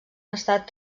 estat